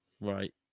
right